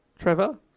Trevor